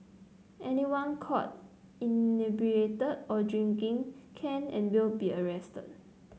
anyone caught inebriated or drinking can and will be arrested